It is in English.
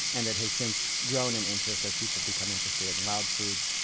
and it has since grown in interest as people become interested in wild foods,